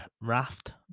raft